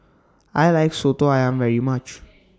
I like Soto Ayam very much